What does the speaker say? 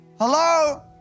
Hello